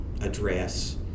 address